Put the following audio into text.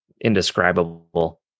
indescribable